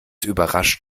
überrascht